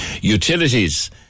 utilities